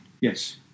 Yes